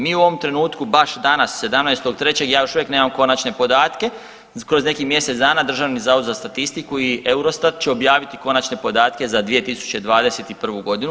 Mi u ovom trenutku baš danas 17.3., ja još uvijek nemam konačne podatke, kroz nekih mjesec dana Državni zavod za statistiku i Eurostat će objaviti konačne podatke za 2021.g.